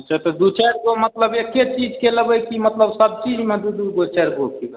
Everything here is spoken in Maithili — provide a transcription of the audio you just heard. से तऽ दू चारिगो मतलब एके चीजके लेबै की मतलब सबचीजमे दू दूगो चारिगो गाछ